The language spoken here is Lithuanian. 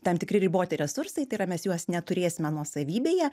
tam tikri riboti resursai tai yra mes juos neturėsime nuosavybėje